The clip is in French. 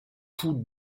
tous